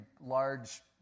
large